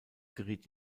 geriet